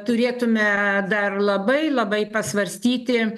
turėtume dar labai labai pasvarstyti